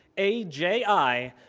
a j i,